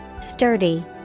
Sturdy